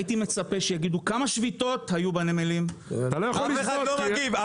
הייתי מצפה שיגידו כמה שביתות היו בנמלים --- אתה לא יכול --- אביר,